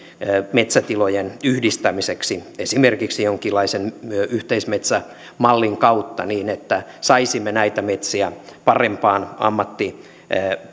metsätilojen yhdistämiseksi esimerkiksi jonkinlaisen yhteismetsämallin kautta niin että saisimme näitä metsiä parempaan